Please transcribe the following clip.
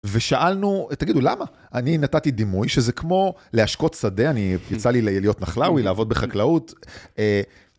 ושאלנו, תגידו למה, אני נתתי דימוי שזה כמו להשקות שדה, אני יצא לי להיות נחלאוי, לעבוד בחקלאות.